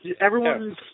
everyone's